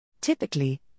Typically